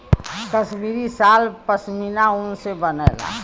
कसमीरी साल पसमिना ऊन से बनला